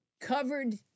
covered